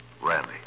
Randy